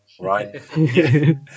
right